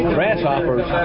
Grasshoppers